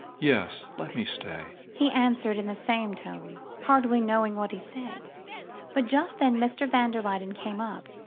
yes, let me stay, he answered in the same tone, hardly knowing what he said but just then mr. van der luyden came up,